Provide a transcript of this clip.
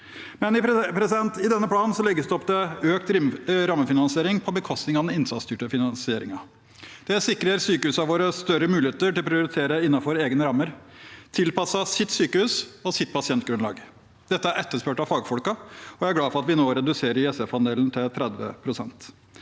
I denne planen legges det opp til økt rammefinansiering på bekostning av den innsatsstyrte finansieringen. Det sikrer sykehusene våre større muligheter til å prioritere innenfor egne rammer, tilpasset sitt sykehus og sitt pasientgrunnlag. Dette er etterspurt av fagfolkene. Jeg er glad for at vi nå reduserer ISF-andelen til 30 pst.